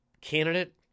candidate